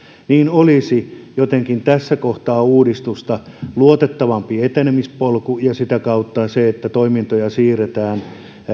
olisi jotenkin tässä kohtaa uudistusta luotettavampi etenemispolku ja sitä kautta se että toimintoja siirretään